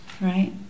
Right